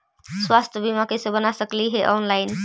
स्वास्थ्य बीमा कैसे बना सकली हे ऑनलाइन?